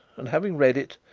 and having read it,